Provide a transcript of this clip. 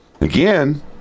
Again